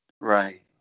Right